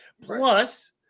plus